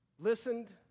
listened